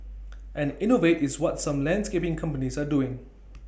and innovate is what some landscaping companies are doing